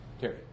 Terry